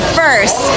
first